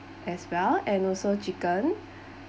as well and also chicken